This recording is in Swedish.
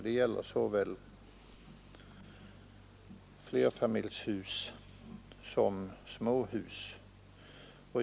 Det gäller såväl flerfamiljshus som småhus.